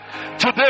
Today